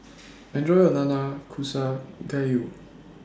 Enjoy your Nanakusa Gayu